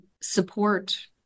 support